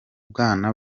bwana